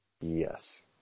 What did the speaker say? Yes